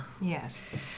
Yes